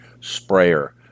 sprayer